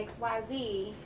XYZ